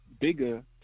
bigger